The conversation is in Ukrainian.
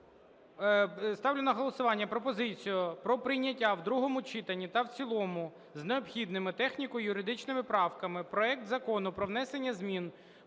ставлю на голосування пропозицію про прийняття в другому читанні та в цілому з необхідними техніко-юридичними правками проект Закону про внесення змін